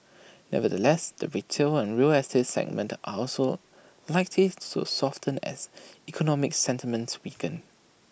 nevertheless the retail and real estate segments are also likely to soften as economic sentiments weaken